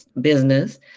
business